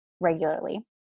regularly